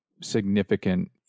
significant